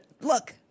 look